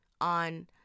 on